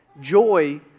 Joy